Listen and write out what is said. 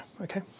okay